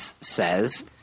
says